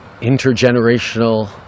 intergenerational